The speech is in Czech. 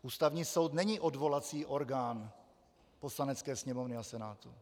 Ústavní soud není odvolací orgán Poslanecké sněmovny a Senátu.